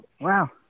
Wow